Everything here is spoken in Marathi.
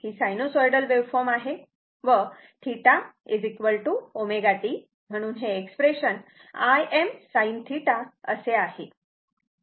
आणि ही साइनोसॉइडल वेव्हफॉर्म आहे आणि θ ω t म्हणून हे एक्सप्रेशन Im sinθ असे आहे